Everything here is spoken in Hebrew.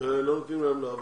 ולא נותנים להם לעבוד.